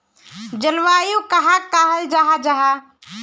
जलवायु कहाक कहाँ जाहा जाहा?